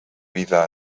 vida